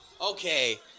Okay